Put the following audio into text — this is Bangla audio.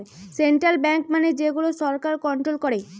সেন্ট্রাল বেঙ্ক মানে যে গুলা সরকার কন্ট্রোল করে